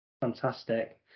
fantastic